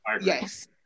Yes